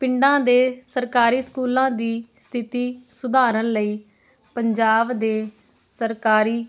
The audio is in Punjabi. ਪਿੰਡਾਂ ਦੇ ਸਰਕਾਰੀ ਸਕੂਲਾਂ ਦੀ ਸਥਿਤੀ ਸੁਧਾਰਨ ਲਈ ਪੰਜਾਬ ਦੇ ਸਰਕਾਰੀ